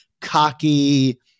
cocky